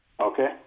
Okay